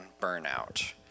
burnout